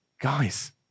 Guys